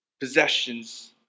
possessions